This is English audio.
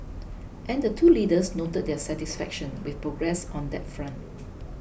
and the two leaders note their satisfaction with progress on that front